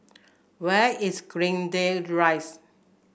where is Greendale Rise